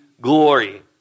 glory